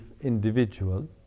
individual